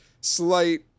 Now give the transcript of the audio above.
slight